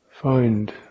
find